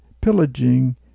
pillaging